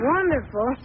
Wonderful